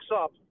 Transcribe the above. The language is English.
up